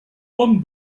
one